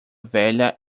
velha